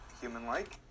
human-like